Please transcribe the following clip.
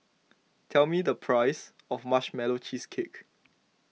tell me the price of Marshmallow Cheesecake